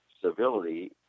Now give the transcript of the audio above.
civility